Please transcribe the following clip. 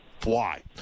fly